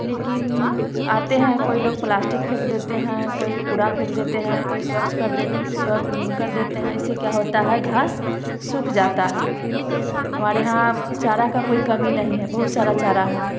लेकिन आते हैं कोई लोग प्लास्टिक फेंक देते हैं कोई कूड़ा फेंक देते हैं कोई स्वच्छ कर दे स्व कर देते हैं इससे क्या होता है घास सूख जाता है हमारे यहाँ चारा का कोई कमी नहीं है बहुत सारा चारा है